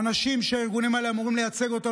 האנשים שהארגונים האלה אמורים לייצג אותם